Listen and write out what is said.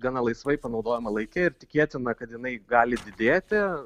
gana laisvai panaudojama laike ir tikėtina kad jinai gali didėti